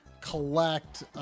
collect